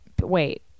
Wait